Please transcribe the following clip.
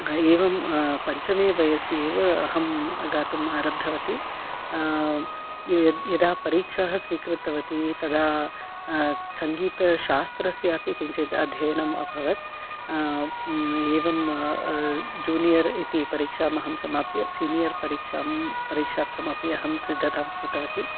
एवं पञ्चमे वयसि एव अहं गातुम् आरब्धवती यदा परीक्षाः स्वीकृतवती तदा सङ्गीतशास्त्रस्य अपि किञ्चित् अध्ययनम् अभवत् एवं जूनियर् इति परीक्षाम् अहं समाप्य सीनियर् परीक्षां परीक्षार्थम् अपि अहं सिद्धतां कृतवती